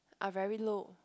are very low